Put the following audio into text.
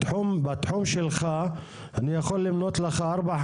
בתחום שלך אני יכול למנות לך ארבעה,